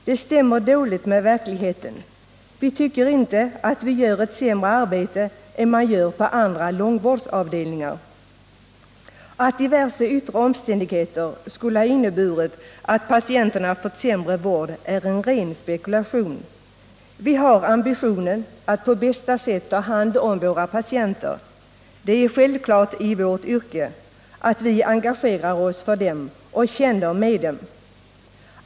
Den stämmer dåligt med verkligheten. Vi tycker inte att vi gör ett sämre arbete än man gör på andra långvårdsavdelningar. Att diverse yttre omständigheter skulle ha inneburit att patienterna fått sämre vård, är en ren spekulation. Vi har ambitionen att på bästa sätt ta hand om våra patienter. Det är självklart i vårt yrke, att vi engagerar oss för dem och känner med dem.